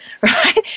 right